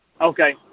Okay